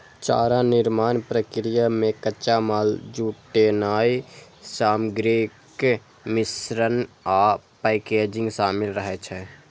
चारा निर्माण प्रक्रिया मे कच्चा माल जुटेनाय, सामग्रीक मिश्रण आ पैकेजिंग शामिल रहै छै